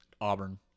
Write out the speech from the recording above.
Auburn